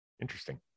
Interesting